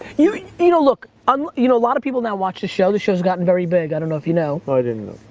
you you know, look, a um you know lot of people now watch the show. the show's gotten very big, i don't know if you know. no, i didn't